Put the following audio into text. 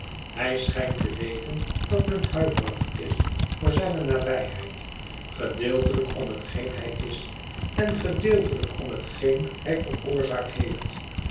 hij schijnt te weten dat men huiverig is voor zijne nabijheid gedeeltelijk om hetgeen hij is en gedeeltelijk om hetgeen hij veroorzaakt heeft